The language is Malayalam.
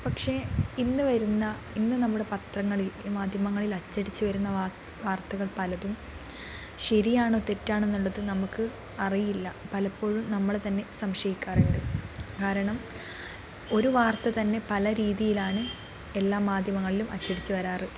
പക്ഷേ ഇന്ന് വരുന്ന ഇന്ന് നമ്മുടെ പത്രങ്ങളിൽ മാധ്യമങ്ങളിൽ അച്ചടിച്ചുവരുന്ന വാർത്തകൾ പലതും ശരിയാണോ തെറ്റാണോ എന്നുള്ളത് നമുക്ക് അറിയില്ല പലപ്പോഴും നമ്മൾ തന്നെ സംശയിക്കാറുണ്ട് കാരണം ഒരു വാർത്ത തന്നെ പല രീതിയിലാണ് എല്ലാ മാധ്യമങ്ങളിലും അച്ചടിച്ചുവരാറ്